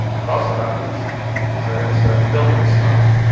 but also happens is they're going to start building stuff,